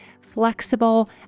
flexible